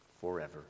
forever